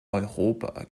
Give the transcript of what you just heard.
europa